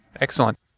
Excellent